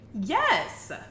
yes